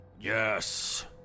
Yes